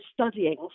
studying